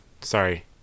Sorry